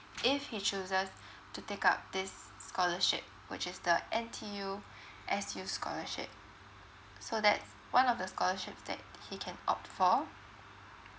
if he chooses to take up this scholarship which is the N_T_U_S_U scholarship so that's one of the scholarships that he can opt for